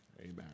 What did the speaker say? Amen